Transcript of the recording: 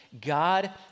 God